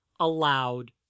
allowed